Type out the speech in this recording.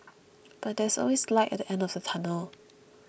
but there is always light at the end of the tunnel